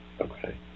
Okay